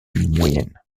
moyenne